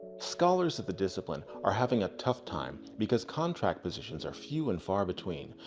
scholars of the discipline are having a tough time because contract positions are few and far between,